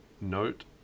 note